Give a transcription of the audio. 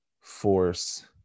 force